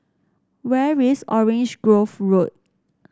where is Orange Grove Road